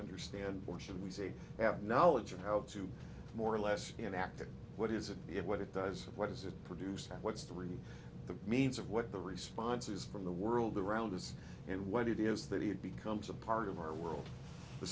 understand or should we say have knowledge of how to be more or less an actor what is it be what it does what is it produced what story the means of what the response is from the world around us and what it is that it becomes a part of our world the